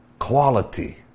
Quality